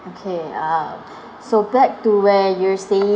okay uh so back to where you're saying